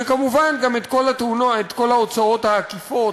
וכמובן גם את כל ההוצאות העקיפות,